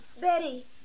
Betty